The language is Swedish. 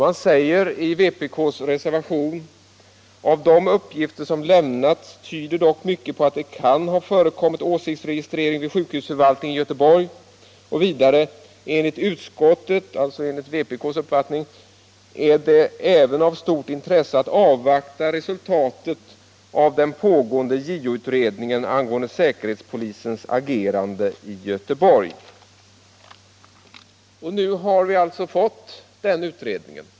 Man säger i vpk:s reservation: ”Av de uppgifter som lämnats tyder dock mycket på att det kan ha förekommit åsiktsregistrering vid sjukhusförvaltningen i Göteborg.” Det heter vidare: ”Enligt utskottet” — alltså enligt vpk:s uppfattning — ”är det även av stort intresse att avvakta resultatet av den pågående JO utredningen angående säkerhetspolisens agerande i Göteborg.” Nu har den utredningen framlagts.